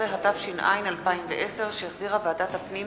16), התש"ע 2010, שהחזירה ועדת הפנים